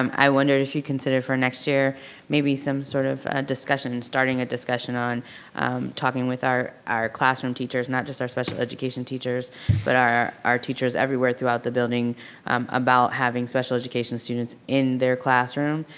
um i wondered if you consider for next year maybe some sort of a discussion, starting a discussion on talking with our our classroom teachers not just our special education teachers but our our teachers everywhere throughout the building um about having special education students in their classroom.